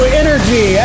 energy